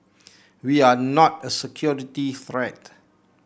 we are not a security threat